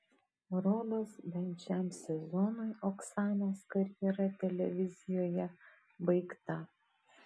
rodos bent šiam sezonui oksanos karjera televizijoje baigta